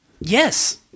Yes